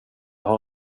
har